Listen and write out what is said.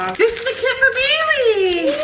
this is a kit for bailey.